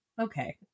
Okay